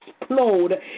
explode